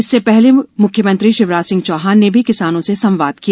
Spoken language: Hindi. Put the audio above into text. इससे पहले म्ख्यमंत्री शिवराज सिंह चौहान ने भी किसानों से संवाद किया